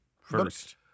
First